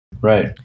Right